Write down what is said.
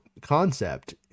concept